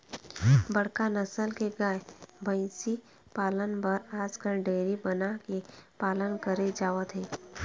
बड़का नसल के गाय, भइसी पालन बर आजकाल डेयरी बना के पालन करे जावत हे